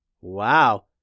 Wow